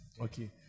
Okay